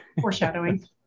Foreshadowing